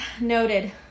Noted